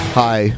hi